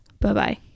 Bye-bye